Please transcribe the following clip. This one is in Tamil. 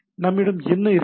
நம்மிடம் என்ன இருக்கிறது